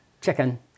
chicken